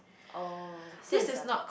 oh so it's a